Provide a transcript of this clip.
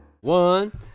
One